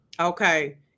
Okay